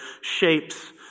shapes